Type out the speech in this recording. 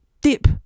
dip